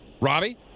Robbie